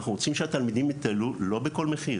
אנחנו רוצים שהתלמידים יטיילו אך לא בכל מחיר.